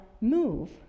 move